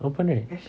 open right